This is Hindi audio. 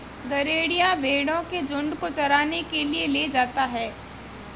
गरेड़िया भेंड़ों के झुण्ड को चराने के लिए ले जाता है